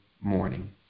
morning